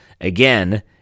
again